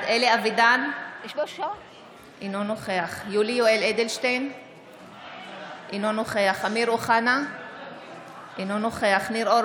גברתי סגנית המזכיר, נא לקרוא בשמות חברי הכנסת.